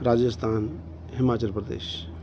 Rajasthan Himachal Pradesh